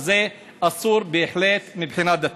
זה אסור בהחלט מבחינה דתית.